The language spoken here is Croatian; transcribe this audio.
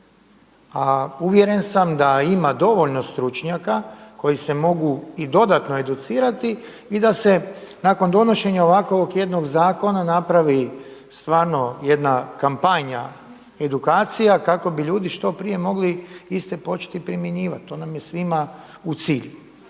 a uvjeren sam da ima dovoljno stručnjaka koji se mogu i dodatno educirati i da se nakon donošenja ovakvog jedno zakona napravi stvarno jedna kampanja edukacija kako bi ljudi što prije mogli iste početi primjenjivati. To nam je svima u cilju.